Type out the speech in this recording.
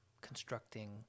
constructing